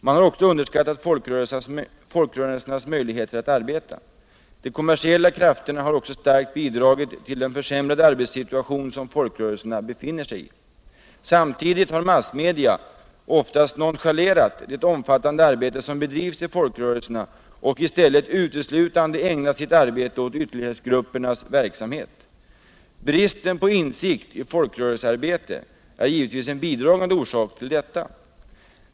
Man har också underskattat folkrörelsernas möjligheter att arbeta. Även de kommersiella krafterna har starkt bidragit till den försämrade arbetssituation som folkrörelserna befinner sig i. Samtidigt har massmedia oftast nonchalerat det omfattande arbete som bedrivs i folkrörelserna och i stället uteslutande ägnat sitt intresse åt ytterlighetsgruppernas verksamhet. Bristen på insikt i folkrörelsearbete är givetvis en bidragande orsak till detta.